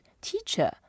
teacher